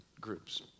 groups